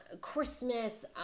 christmas